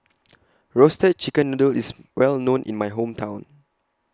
Roasted Chicken Noodle IS Well known in My Hometown